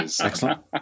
excellent